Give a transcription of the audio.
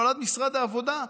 נולד משרד העבודה,